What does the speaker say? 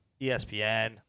espn